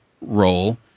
role